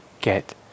get